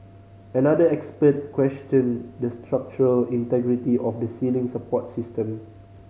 another expert questioned the structural integrity of the ceiling support system